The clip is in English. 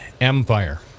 Empire